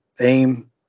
aim